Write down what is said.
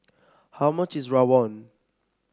how much is Rawon